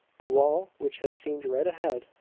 the wall which had seemed right ahead,